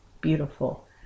beautiful